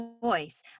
voice